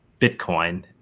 Bitcoin